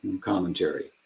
commentary